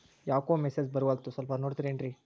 ಯಾಕೊ ಮೆಸೇಜ್ ಬರ್ವಲ್ತು ಸ್ವಲ್ಪ ನೋಡ್ತಿರೇನ್ರಿ?